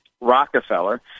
Rockefeller